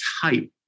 type